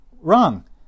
Wrong